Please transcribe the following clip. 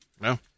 No